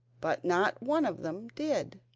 but not one of them did.